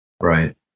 Right